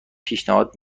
پیشنهاد